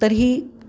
तर्हि